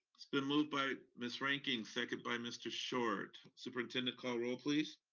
it's been moved by miss reinking, second by mr. short. superintendent, call roll please?